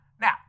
Now